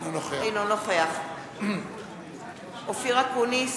אינו נוכח אופיר אקוניס,